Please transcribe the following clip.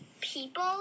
people